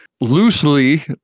loosely